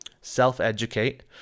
self-educate